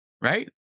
right